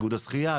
איגוד השחיה,